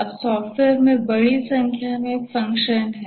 अब सॉफ़्टवेयर में बड़ी संख्या में फ़ंक्शंस हैं